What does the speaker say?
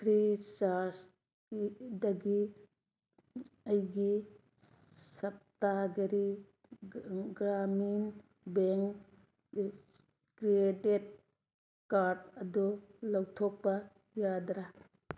free ꯆꯥꯔꯖꯗꯒꯤ ꯑꯩꯒꯤ ꯁꯞꯇꯥꯒꯔꯤ ꯒ꯭ꯔꯥꯃꯤꯟ ꯕꯦꯡ ꯀ꯭ꯔꯤꯗꯤꯠ ꯀꯥꯔꯗ ꯑꯗꯨ ꯂꯧꯊꯣꯛꯄ ꯌꯥꯗ꯭ꯔꯦ